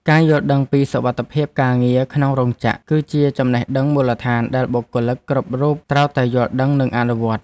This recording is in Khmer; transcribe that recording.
ការយល់ដឹងពីសុវត្ថិភាពការងារក្នុងរោងចក្រ គឺជាចំណេះដឹងមូលដ្ឋានដែលបុគ្គលិកគ្រប់រូបត្រូវតែយល់ដឹងនិងអនុវត្ត។